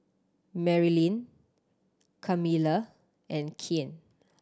Marylyn Camilla and Cain